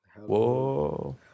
Whoa